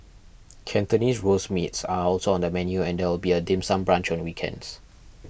Cantonese Roast Meats are also on the menu and there will be a dim sum brunch on weekends